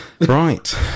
Right